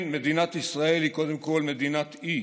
כן, קודם כול מדינת ישראל היא מדינת אי,